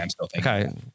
Okay